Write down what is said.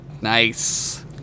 Nice